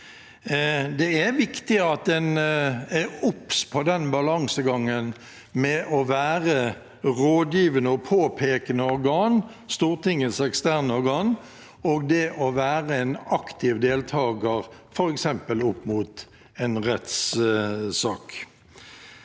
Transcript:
Det er viktig at en er obs på balansegangen mellom å være et rådgivende og påpekende organ, Stortingets eksterne organ, og det å være en aktiv deltaker, f.eks. opp mot en rettssak.